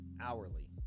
hourly